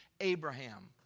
Abraham